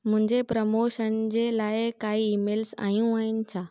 मुंहिंजे प्रोमोशन जे लाइ कोई ईमेल्स आहियूं आहिनि छा